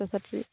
ছাত্ৰ ছাত্ৰী